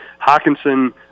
Hawkinson